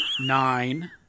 nine